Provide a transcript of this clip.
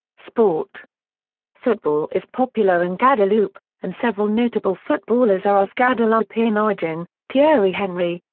sport football is popular in guadeloupe, and several notable footballers are of guadeloupean origin thierry henry,